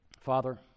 Father